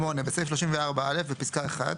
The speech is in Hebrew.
(8) בסעיף 34(א), בפסקה (1)